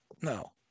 No